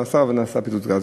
נעשה, אבל נעשה פיצוץ גז.